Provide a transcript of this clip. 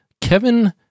Kevin